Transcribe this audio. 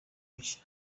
bye